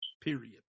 period